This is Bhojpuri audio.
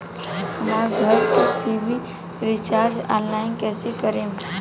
हमार घर के टी.वी रीचार्ज ऑनलाइन कैसे करेम?